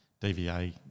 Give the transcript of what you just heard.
DVA